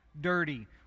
dirty